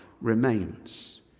remains